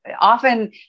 often